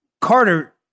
Carter